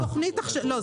לא.